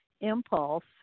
impulse